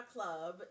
Club